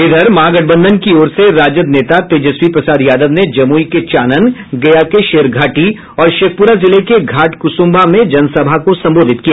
उधर महागठबंधन की ओर से राजद नेता तेजस्वी प्रसाद यादव ने जमुई के चानन गया के शेरघाटी और शेखपुरा जिले के घाटकुसुम्भा में जनसभा को संबोधित किया